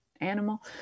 animal